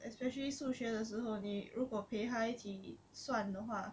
especially 数学的时候你如果陪他一起算的话